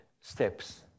steps